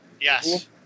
Yes